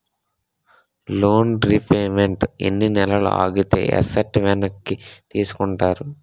Loan repayment ఎన్ని నెలలు ఆగితే ఎసట్ వెనక్కి తీసుకుంటారు?